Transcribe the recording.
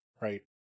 right